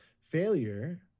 Failure